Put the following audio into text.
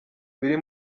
biri